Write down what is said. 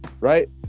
right